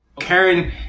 Karen